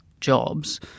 jobs